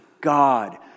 God